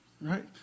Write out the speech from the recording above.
right